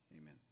amen